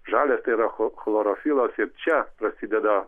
žalia tai yra cho chlorofilas ir čia prasideda